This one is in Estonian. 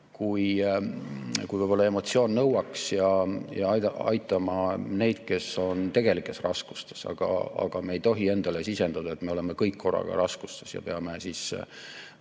kui emotsioon [suunab], ja aitama neid, kes on tegelikes raskustes. Aga me ei tohi endale sisendada, et me oleme kõik korraga raskustes ja peame